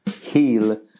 heal